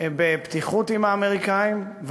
בפתיחות עם האמריקנים,